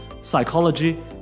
psychology